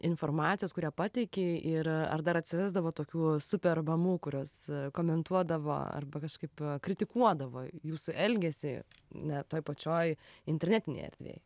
informacijos kurią pateiki ir ar dar atsirasdavo tokių super mamų kurios komentuodavo arba kažkaip kritikuodavo jūsų elgesį ne toj pačioj internetinėj erdvėj